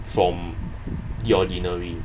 from the ordinary